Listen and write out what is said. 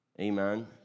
amen